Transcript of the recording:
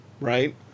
right